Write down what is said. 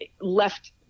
left